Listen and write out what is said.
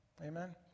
Amen